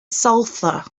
sulfur